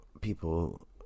people